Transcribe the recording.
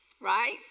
right